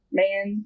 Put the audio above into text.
man